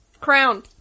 Crown